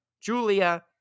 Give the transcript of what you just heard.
Julia